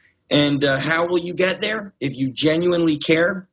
and how will you get there? if you genuinely care,